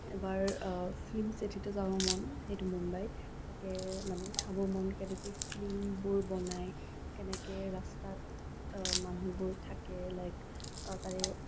এবাৰ ফিল্ম চিটীটো যাব মন সেইটো মুম্বাইত তাতে মানে চাব মন কেনেকে ফিল্মবোৰ বনাই কেনেকে ৰাস্তাত মানুহবোৰ থাকে লাইক তাৰে